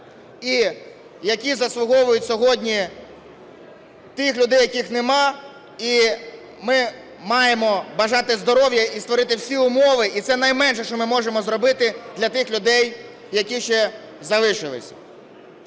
і яку заслуговують сьогодні тих людей, яких нема. І ми маємо бажати здоров'я і створити всі умови. І це найменше, що ми можемо зробити для тих людей, які ще залишилися.